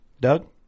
Doug